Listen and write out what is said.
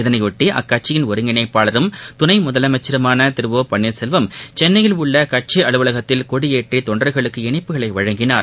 இதனைபொட்டி அக்கட்சியின் ஒருங்கிணைப்பாளரும் துனை முதலமைச்சருமான திரு ஓ பன்னீர்செல்வம் சென்னையில் உள்ள கட்சி அலுவலகத்தில் கொடியேற்றி தொண்டர்களுக்கு இளிப்புகளை வழங்கினார்